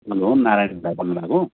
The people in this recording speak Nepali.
हेलो नारायण दाइ बोल्नुभएको